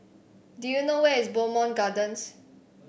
do you know where is Bowmont Gardens